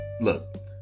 Look